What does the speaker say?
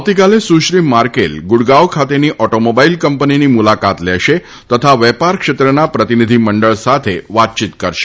આવતીકાલે સુશ્રી માર્કેલ ગુડગાંવ ખાતેની ઓટોમોબાઈલ કંપનીની મુલાકાત લેશે તથા વેપાર ક્ષેત્રના પ્રતિનિધિ મંડળ સાથે વાતચીત કરશે